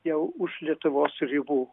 jau už lietuvos ribų